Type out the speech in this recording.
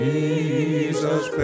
Jesus